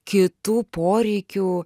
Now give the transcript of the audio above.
kitų poreikių